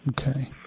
Okay